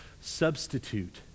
substitute